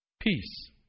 Peace